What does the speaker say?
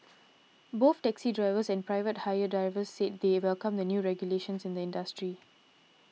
both taxi drivers and private hire drivers said they welcome the new regulations in industry